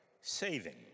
saving